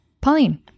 pauline